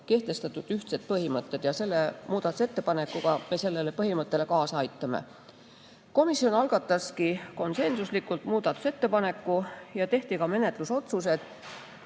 kehtestatud ühtsed põhimõtted, ja selle muudatusettepanekuga me sellele põhimõttele kaasa aitame. Komisjon algataski konsensuslikult muudatusettepaneku. Tehti ka menetlusotsused: